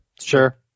Sure